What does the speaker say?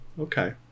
okay